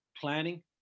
planning